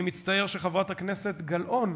אני מצטער שחברת הכנסת גלאון